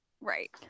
Right